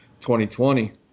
2020